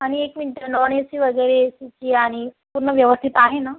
आणि एक मिनटं नॉन ए सी वगैरे एसीची आणि पूर्ण व्यवस्थित आहे नं